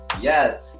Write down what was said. Yes